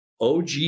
og